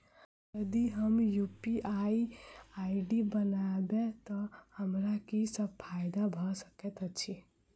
यदि हम UPI ID बनाबै तऽ हमरा की सब फायदा भऽ सकैत अछि?